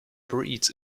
breeds